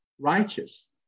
righteous